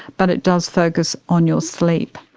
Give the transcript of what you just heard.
but it does focus on your sleep.